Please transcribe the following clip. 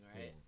right